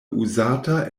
uzata